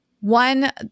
One